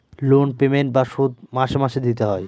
loan payment বা শোধ মাসে মাসে দিতে হয়